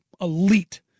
elite